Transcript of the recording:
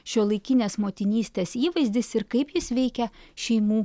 šiuolaikinės motinystės įvaizdis ir kaip jis veikia šeimų